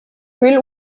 phil